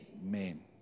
Amen